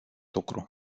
lucru